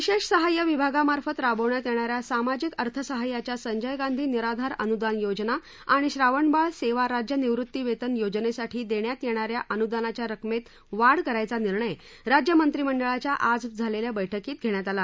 विशेष सहाय्य विभागामार्फत राबविण्यात येणा या सामाजिक अर्थसहाय्याच्या सस्त्रि गाधी निराधार अनुदान योजना आणि श्रावणबाळ सेवा राज्य निवृत्ती वेतन योजनेसाठी देण्यात येणा या अनुदानाच्या रकमेत वाढ करण्याचा निर्णय राज्य मत्तीमहक्काच्या आज झालेल्या बैठकीत हा निर्णय घेण्यात आला